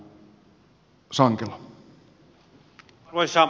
arvoisa puhemies